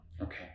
Okay